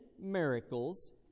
miracles